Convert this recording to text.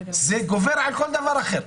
זה גובר על כל דבר אחר.